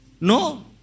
No